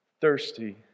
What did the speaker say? thirsty